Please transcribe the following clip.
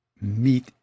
meet